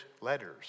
letters